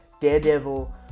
Daredevil